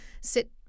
sit